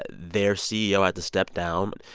ah their ceo had to step down.